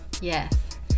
Yes